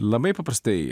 labai paprastai